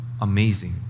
amazing